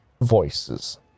voices